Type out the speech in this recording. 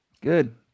Good